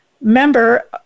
member